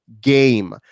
game